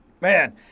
Man